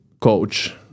coach